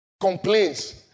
complaints